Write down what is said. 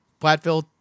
Platteville